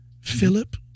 Philip